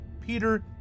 Peter